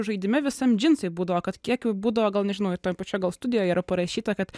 žaidime visam džinsai būdavo kad kiek jų būdavo gal nežinau ir toj pačioj gal studijoj yra parašyta kad